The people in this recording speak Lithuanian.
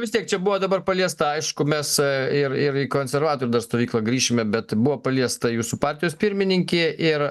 vis tiek čia buvo dabar paliesta aišku mes ir ir į konservatorių stovyklą grįšime bet buvo paliesta jūsų partijos pirmininkė ir